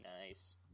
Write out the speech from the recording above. Nice